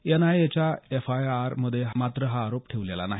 एनआयएच्या FIR मध्ये मात्र हा आरोप ठेवलेला नाही